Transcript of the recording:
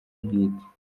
bwite